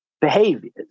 behaviors